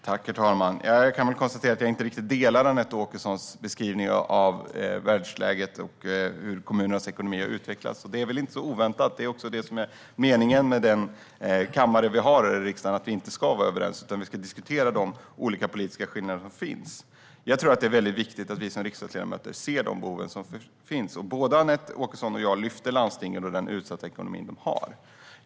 Herr talman! Jag kan konstatera att jag inte riktigt delar Anette Åkessons beskrivning av världsläget och hur kommunernas ekonomi har utvecklats. Det är väl inte så oväntat. Det är det som är meningen med den kammare vi har i riksdagen: Vi ska inte ska vara överens, utan vi ska diskutera de politiska skillnader som finns. Jag tror att det är väldigt viktigt att vi riksdagsledamöter ser de behov som finns. Både Anette Åkesson och jag lyfter fram landstingen och den utsatta ekonomi som de har.